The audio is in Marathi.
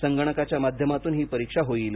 संगणकाच्या माध्यमातून ही परीक्षा होईल